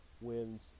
wins